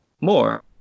more